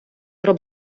про